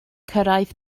cyrraedd